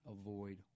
avoid